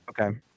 Okay